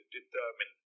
determine